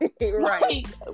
right